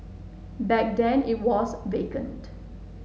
back then it was vacant